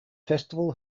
festival